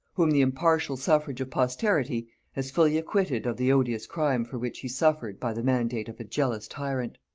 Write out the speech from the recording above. whom the impartial suffrage of posterity has fully acquitted of the odious crime for which he suffered by the mandate of a jealous tyrant.